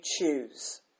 choose